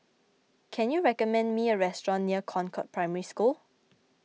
can you recommend me a restaurant near Concord Primary School